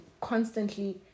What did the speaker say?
constantly